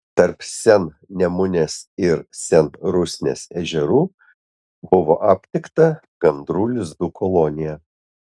tarp sennemunės ir senrusnės ežerų buvo aptikta gandrų lizdų kolonija